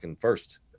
first